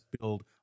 build